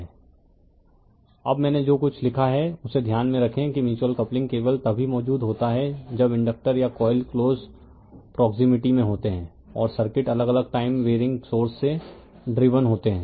refer slide time 0614 अब मैंने जो कुछ लिखा है उसे ध्यान में रखें कि म्यूच्यूअल कपलिंग केवल तभी मौजूद होता है जब इंडकटर या कॉइल क्लोज प्रोक्सिमिटी में होते हैं और सर्किट अलग अलग टाइम वेरीइंग सोर्स से ड्रिवन होते हैं